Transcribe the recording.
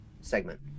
segment